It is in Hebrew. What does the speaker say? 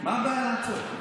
מה הבעיה לעצור?